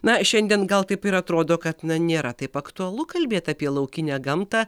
na šiandien gal taip ir atrodo kad na nėra taip aktualu kalbėt apie laukinę gamtą